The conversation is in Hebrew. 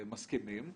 מסכימים.